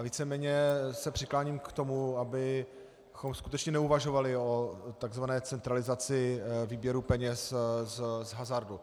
Víceméně se přikláním k tomu, abychom skutečně neuvažovali o tzv. centralizaci výběru peněz z hazardu.